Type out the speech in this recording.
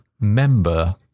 member